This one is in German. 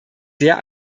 sehr